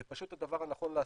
זה פשוט הדבר הנכון לעשות.